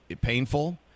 painful